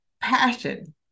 passion